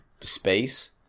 space